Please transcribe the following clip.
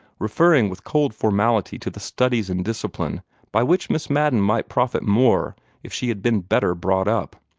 referring with cold formality to the studies and discipline by which miss madden might profit more if she had been better brought up,